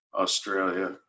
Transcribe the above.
Australia